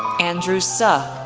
andrew suh,